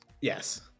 Yes